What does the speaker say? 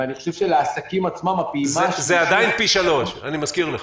ואני חושב שלעסקים עצמם הפעימה השלישית --- אני מזכיר לך,